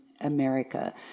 America